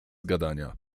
gadania